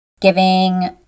Giving